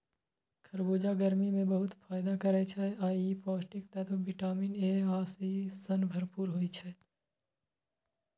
खरबूजा गर्मी मे बहुत फायदा करै छै आ ई पौष्टिक तत्व विटामिन ए आ सी सं भरपूर होइ छै